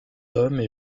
hommes